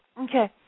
Okay